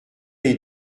les